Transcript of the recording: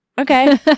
Okay